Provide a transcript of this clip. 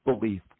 belief